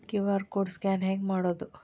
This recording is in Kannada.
ಕ್ಯೂ.ಆರ್ ಕೋಡ್ ಸ್ಕ್ಯಾನ್ ಹೆಂಗ್ ಮಾಡೋದು?